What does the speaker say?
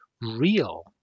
real